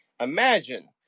imagine